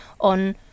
on